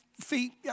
feet